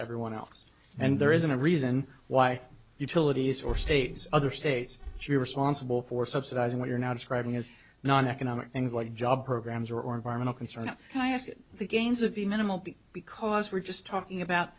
everyone else and there isn't a reason why utilities or states other states she responsible for subsidizing what you're now describing as non economic things like job programs or environmental concerns i ask the gains of be minimal because we're just talking about